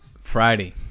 Friday